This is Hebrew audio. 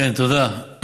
תודה.